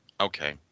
Okay